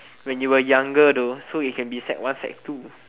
when you were younger though so you can be sec one sec two